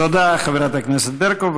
תודה, חברת הכנסת ברקו.